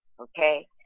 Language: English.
Okay